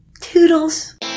Toodles